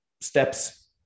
steps